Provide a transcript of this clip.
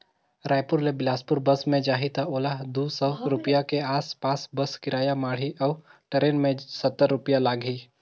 रायपुर ले बेलासपुर बस मे जाही त ओला दू सौ रूपिया के आस पास बस किराया माढ़ही अऊ टरेन मे सत्तर रूपिया लागही